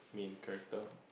main character